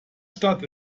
stadt